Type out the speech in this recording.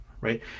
right